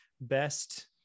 best